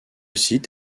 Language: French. site